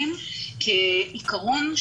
מהראשון עד האחרון,